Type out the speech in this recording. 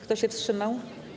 Kto się wstrzymał?